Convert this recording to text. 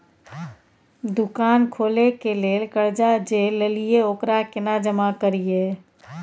दुकान खोले के लेल कर्जा जे ललिए ओकरा केना जमा करिए?